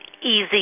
easy